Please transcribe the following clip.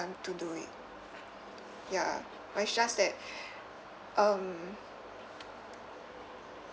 to do it ya but it's just that um